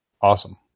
awesome